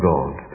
God